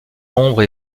l’ombre